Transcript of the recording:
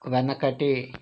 వెనకటి